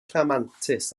rhamantus